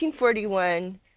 1941